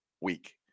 week